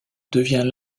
devient